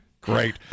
Great